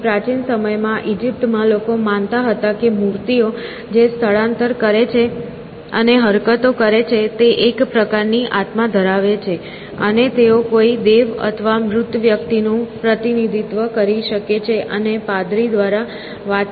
તેથી પ્રાચીન સમયમાં ઇજિપ્તમાં લોકો માનતા હતા કે મૂર્તિઓ જે સ્થળાંતર કરે છે અને હરકતો કરે છે તે એક પ્રકારની આત્મા ધરાવે છે અને તેઓ કોઈ દેવ અથવા મૃત વ્યક્તિ નું પ્રતિનિધિત્વ કરી શકે છે અને પાદરી દ્વારા વાતચીત કરી શકે છે